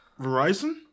Verizon